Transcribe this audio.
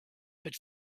but